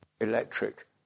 electric